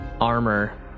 armor